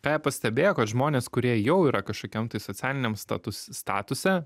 ką jie pastebėjo kad žmonės kurie jau yra kažkokiam tai socialiniam status statuse